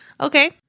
Okay